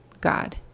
God